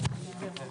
14:58.